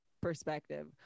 perspective